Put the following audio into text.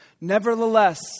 Nevertheless